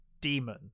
demon